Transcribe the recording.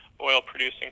oil-producing